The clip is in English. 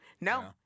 No